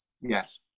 Yes